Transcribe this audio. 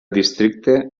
districte